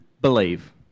Believe